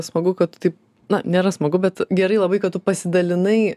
smagu kad taip na nėra smagu bet gerai labai kad tu pasidalinai